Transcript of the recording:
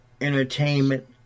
entertainment